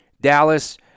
Dallas